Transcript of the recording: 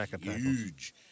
huge